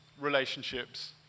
relationships